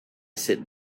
sit